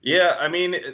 yeah, i mean,